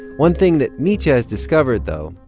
one thing that mitya has discovered, though,